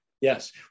Yes